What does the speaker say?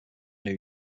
new